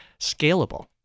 scalable